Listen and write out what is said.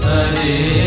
Hare